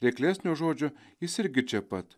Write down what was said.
reiklesnio žodžio jis irgi čia pat